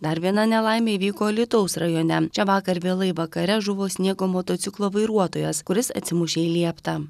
dar viena nelaimė įvyko alytaus rajone čia vakar vėlai vakare žuvo sniego motociklo vairuotojas kuris atsimušė į lieptą